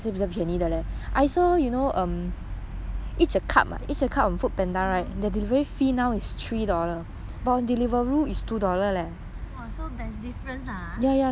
!wah! so there's difference ah